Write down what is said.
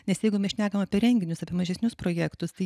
nes jeigu mes šnekam apie renginius apie mažesnius projektus tai